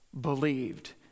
believed